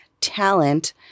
talent